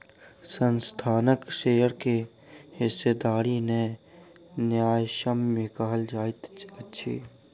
संस्थानक शेयर के हिस्सेदारी के न्यायसम्य कहल जाइत अछि